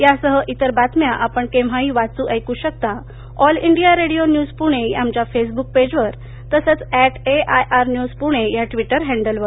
यासह इतर बातम्या आपण केव्हाही वाचू ऐकू शकता All India Radio news Pune या आमच्या फेसबुक पेजवर तसंच at A I R news Pune या ट्विटर हॅडलवर